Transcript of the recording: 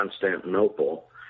Constantinople